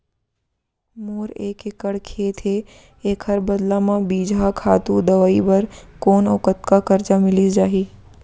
मोर एक एक्कड़ खेत हे, एखर बदला म बीजहा, खातू, दवई बर कोन अऊ कतका करजा मिलिस जाही?